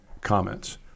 comments